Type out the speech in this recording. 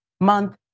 month